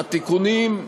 התיקונים,